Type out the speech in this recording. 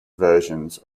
versions